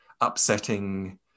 upsetting